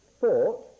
thought